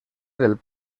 del